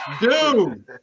dude